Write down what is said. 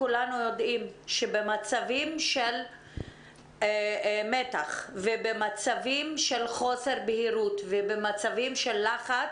כולנו יודעים שבמצבים של מתח ובמצבים של חוסר בהירות ובמצבים של לחץ,